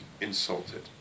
insulted